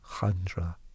Chandra